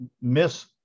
miss